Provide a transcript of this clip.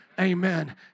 Amen